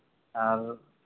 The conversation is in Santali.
ᱟᱨ